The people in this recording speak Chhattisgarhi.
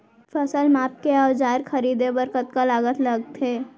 फसल मापके के औज़ार खरीदे बर कतका लागत लगथे?